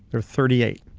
there are thirty eight.